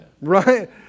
right